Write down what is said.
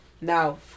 Now